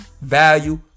value